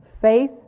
Faith